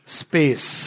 space